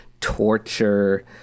torture